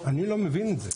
אני לא מבין את זה.